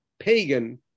pagan